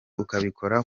ukabikora